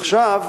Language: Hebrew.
עכשיו,